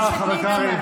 חבר הכנסת קרעי.